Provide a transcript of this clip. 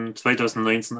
2019